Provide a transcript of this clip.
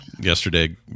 yesterday